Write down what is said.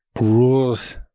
rules